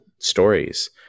stories